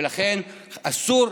לכן אסור,